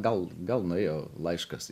gal gal nuėjo laiškas